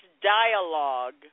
dialogue